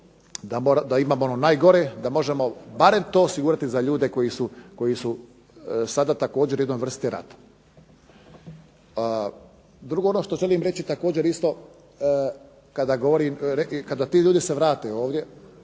da imamo najgore da možemo barem to osigurati za ljude koji su sada također u jednoj vrsti rata. Drugo ono što želim reći također isto kada ti ljudi se vrate ovdje